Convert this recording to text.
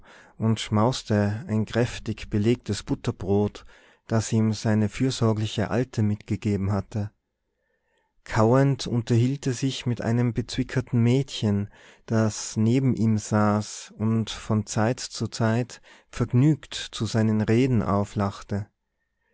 und schmauste ein kräftig belegtes butterbrot das ihm seine fürsorgliche alte mitgegeben hatte kauend unterhielt er sich mit einem bezwickerten mädchen das neben ihm saß und von zeit zu zeit vergnügt zu seinen reden auflachte